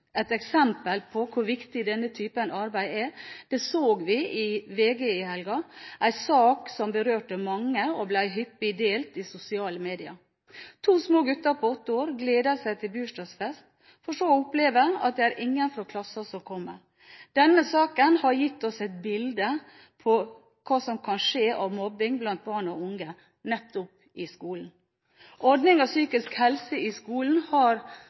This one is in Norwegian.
Et eksempel på hvor viktig denne typen arbeid er, så vi i VG i helgen. Det var en sak som berørte mange, og som ble hyppig delt i sosiale medier. To små gutter på åtte år gledet seg til bursdagsfest, for så å oppleve at ingen fra klassen kom. Denne saken har gitt oss et bilde på hva som kan skje av mobbing blant barn og unge, nettopp i skolen. Ordningen «Psykisk helse i skolen» har